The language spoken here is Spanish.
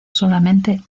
solamente